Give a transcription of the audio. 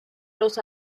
los